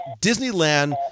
Disneyland